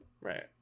Right